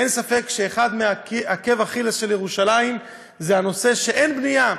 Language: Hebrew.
אין ספק שאחד מעקבי אכילס של ירושלים זה שאין בנייה,